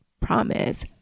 promise